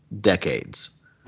decades